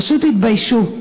פשוט תתביישו.